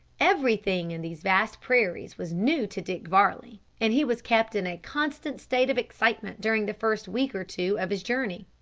everything in these vast prairies was new to dick varley, and he was kept in a constant state of excitement during the first week or two of his journey.